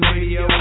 Radio